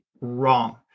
wrong